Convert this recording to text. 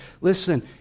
Listen